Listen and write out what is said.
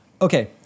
okay